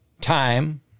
time